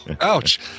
ouch